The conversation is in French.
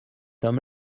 homme